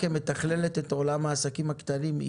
כמתכללת את עולם העסקים הקטנים היא